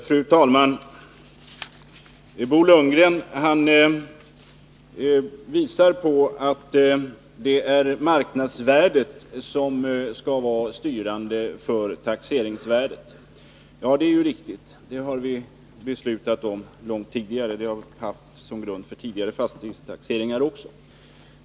Fru talman! Bo Lundgren visar på att det är marknadsvärdet som skall vara styrande för taxeringsvärdet. Ja, det har vi beslutat om, och det har gällt för tidigare fastighetstaxeringar också.